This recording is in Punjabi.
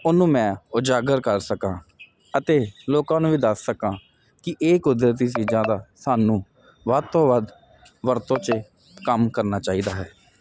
ਉਹਨੂੰ ਮੈਂ ਉਜਾਗਰ ਕਰ ਸਕਾਂ ਅਤੇ ਲੋਕਾਂ ਨੂੰ ਵੀ ਦੱਸ ਸਕਾਂ ਕਿ ਇਹ ਕੁਦਰਤੀ ਚੀਜ਼ਾਂ ਦਾ ਸਾਨੂੰ ਵੱਧ ਤੋਂ ਵੱਧ ਵਰਤੋਂ ਚ ਕੰਮ ਕਰਨਾ ਚਾਹੀਦਾ ਹੈ